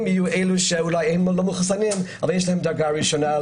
יהיו אלה שלא מחוסנים אבל יש להם בארץ קרוב מדרגה ראשונה.